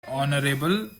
honourable